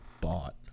bought